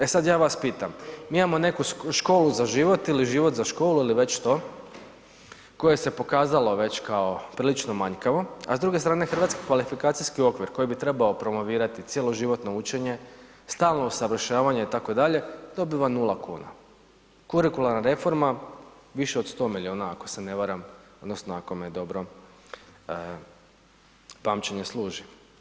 E sad ja vas pitam, mi imamo neku Školu za život ili Život za školu ili već što koje se pokazalo već kao prilično manjkavo, a s druge strane hrvatski kvalifikacijski okvir koji bi trebao promovirati cjeloživotno učenje, stalno usavršavanje itd., dobiva 0,00 kn, kurikularna reforma više od 100 milijuna ako se ne varam odnosno ako me dobro pamćenje služi.